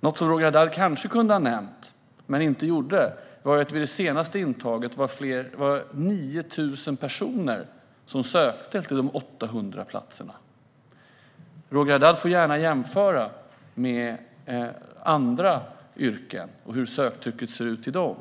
Något som Roger Haddad kanske kunde ha nämnt men inte gjorde är att det vid den senaste intagningen var 9 000 personer som sökte till de 800 platserna. Roger Haddad får gärna jämföra med andra yrken och hur söktrycket ser ut för dem.